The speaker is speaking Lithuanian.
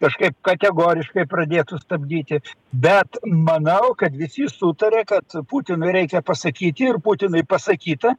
kažkaip kategoriškai pradėtų stabdyti bet manau kad visi sutaria kad putinui reikia pasakyti ir putinui pasakyta